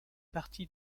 partie